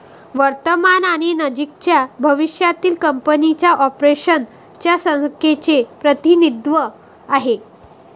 वर्तमान आणि नजीकच्या भविष्यातील कंपनीच्या ऑपरेशन्स च्या संख्येचे प्रतिनिधित्व आहे